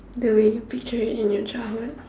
the way you picture it in your childhood